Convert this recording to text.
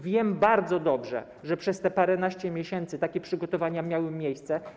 Wiem bardzo dobrze, że przez te paręnaście miesięcy takie przygotowania miały miejsce.